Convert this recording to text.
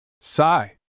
Sigh